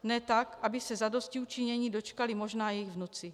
Ne tak, aby se zadostiučinění dočkali možná jejich vnuci.